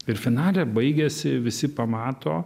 ir finale baigiasi visi pamato